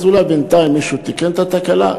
אז אולי בינתיים מישהו תיקן את התקלה,